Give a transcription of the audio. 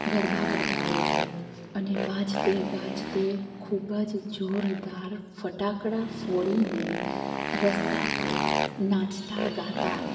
ગરબા કરતાં હોય છે અને વાજતે ગાજતે ખૂબ જ જોરદાર ફટાકડા ફોડીને રસ્તા પર નાચતા ગાતા